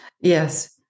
Yes